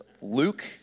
Luke